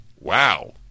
wow